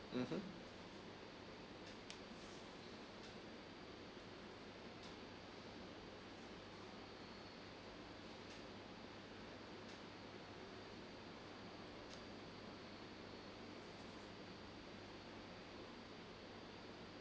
mmhmm